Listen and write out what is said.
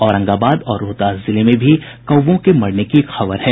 औरंगाबाद और रोहतास जिले में भी कौवों के मरने की खबर है